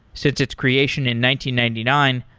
since its creation in ninety ninety nine,